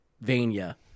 vania